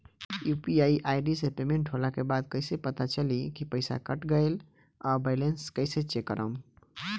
UPI ID से payment होला के बाद कइसे पता चली की पईसा कट गएल आ बैलेंस कइसे चेक करम?